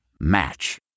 Match